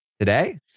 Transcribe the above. Today